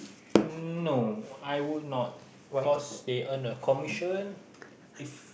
hmm no I would not cause they earn a commission if